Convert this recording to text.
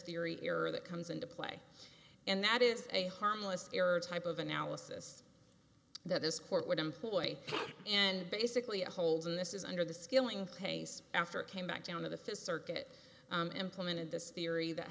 theory error that comes into play and that is a harmless error type of analysis that this court would employ and basically a holding this is under the skilling case after came back down to the fifth circuit and implemented this theory that